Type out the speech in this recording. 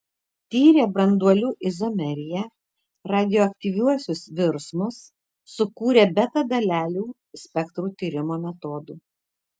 tyrė branduolių izomeriją radioaktyviuosius virsmus sukūrė beta dalelių spektrų tyrimo metodų